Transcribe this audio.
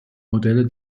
modelle